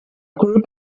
group